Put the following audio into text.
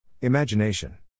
Imagination